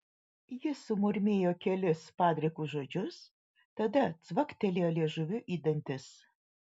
jis sumurmėjo kelis padrikus žodžius tada cvaktelėjo liežuviu į dantis